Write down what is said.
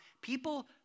people